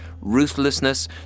ruthlessness